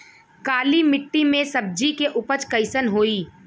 काली मिट्टी में सब्जी के उपज कइसन होई?